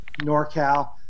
NorCal